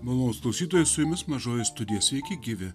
malonūs klausytojai su jumis mažoji studija sveiki gyvi